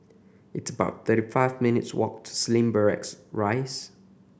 it's about thirty five minutes' walk to Slim Barracks Rise